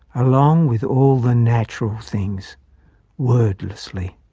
along with all the natural things wordlessly.